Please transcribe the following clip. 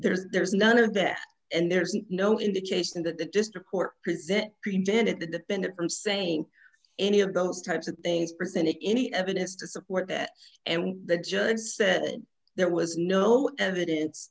truck there's none of that and there's no indication that the district court present prevented the dependent from saying any of those types of things presented any evidence to support that and the judge said that there was no evidence